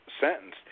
sentenced